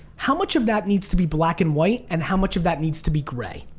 how much of that needs to be black and white and how much of that needs to be gray?